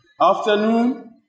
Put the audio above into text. afternoon